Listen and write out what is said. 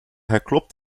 geklopt